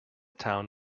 town